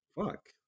fuck